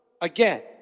again